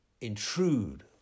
intrude